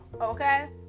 Okay